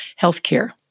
healthcare